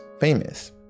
famous